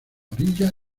orilla